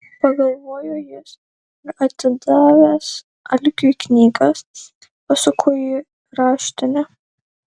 pagalvojo jis ir atidavęs algiui knygas pasuko į raštinę